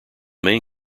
main